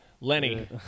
Lenny